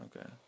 Okay